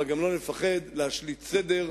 אבל גם לא נפחד להשליט סדר,